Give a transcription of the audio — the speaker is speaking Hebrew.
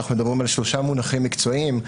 אנחנו מדברים על שלושה מונחים מקצועיים,